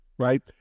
Right